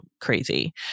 crazy